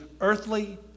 earthly